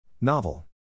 Novel